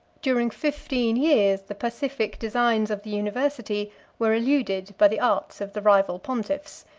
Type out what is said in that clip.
during fifteen years, the pacific designs of the university were eluded by the arts of the rival pontiffs,